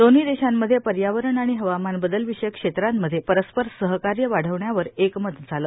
दोन्ही देशांमध्ये पर्यावरण आणि हवामान बदल विषयक क्षेत्रांमध्ये परस्पर सहकार्य वाढवण्यावर एकमत झालं